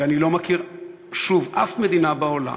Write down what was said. ואני לא מכיר, שוב, אף מדינה בעולם